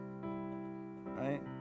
right